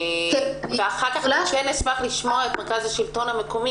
אחר כך נשמח לשמוע את מרכז השלטון המקומי